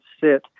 sit